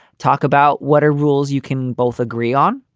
talk about what are rules you can both agree on.